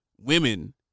women